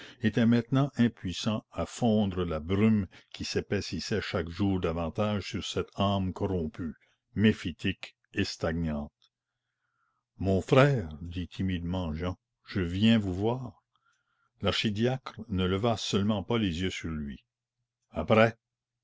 était maintenant impuissant à fondre la brume qui s'épaississait chaque jour davantage sur cette âme corrompue méphitique et stagnante mon frère dit timidement jehan je viens vous voir l'archidiacre ne leva seulement pas les yeux sur lui après